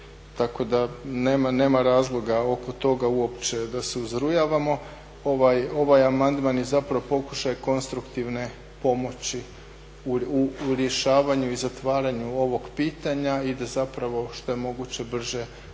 tako da nema razloga oko toga uopće da se uzrujavamo. Ovaj amandman je zapravo pokušaj konstruktivne pomoći u rješavanju i zatvaranju ovog pitanja i da zapravo što je moguće brže ubrzamo